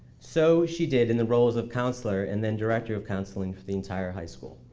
so she did in the roles of counselor and then director of counseling for the entire high school.